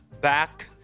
back